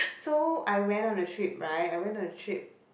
so I went on the trip right I went on the trip